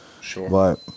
Sure